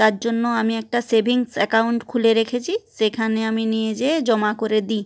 তার জন্য আমি একটা সেভিংস অ্যাকাউন্ট খুলে রেখেছি সেখানে আমি নিয়ে যেয়ে জমা করে দিই